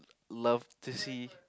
love to see